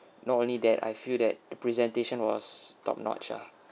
not only that I feel that the presentation was top notch ah